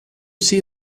see